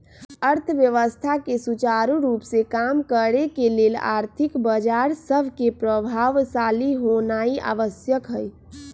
अर्थव्यवस्था के सुचारू रूप से काम करे के लेल आर्थिक बजार सभके प्रभावशाली होनाइ आवश्यक हइ